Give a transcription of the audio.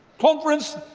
conference,